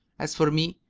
as for me,